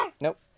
Nope